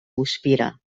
guspira